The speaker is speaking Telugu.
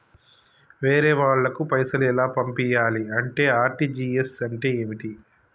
వేరే వాళ్ళకు పైసలు ఎలా పంపియ్యాలి? ఆర్.టి.జి.ఎస్ అంటే ఏంటిది?